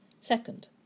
Second